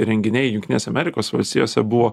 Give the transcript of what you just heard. renginiai jungtinėse amerikos valstijose buvo